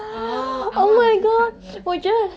orh 阿嬷也是看那个戏